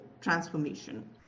transformation